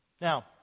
Now